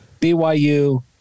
BYU